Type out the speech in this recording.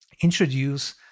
introduce